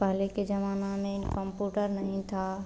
पहले के ज़माना में कम्प्यूटर नहीं था